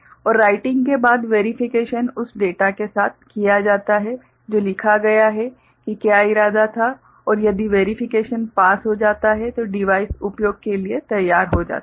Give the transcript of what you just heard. और राइटिंग के बाद वेरिफिकेशन उस डेटा के साथ किया जाता है जो लिखा गया था कि क्या इरादा था और यदि वेरिफिकेशन पास हो जाता है तो डिवाइस उपयोग के लिए तैयार हो जाता है